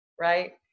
right